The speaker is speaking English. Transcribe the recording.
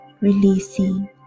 releasing